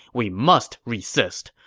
we must resist.